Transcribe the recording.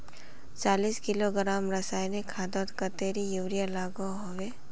चालीस किलोग्राम रासायनिक खादोत कतेरी यूरिया लागोहो होबे?